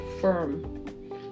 firm